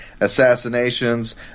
assassinations